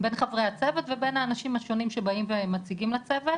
בין חברי הצוות ובין האנשים השונים שבאים ומציגים לצוות